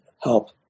help